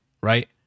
Right